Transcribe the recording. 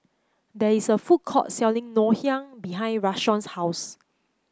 there is a food court selling Ngoh Hiang behind Rashawn's house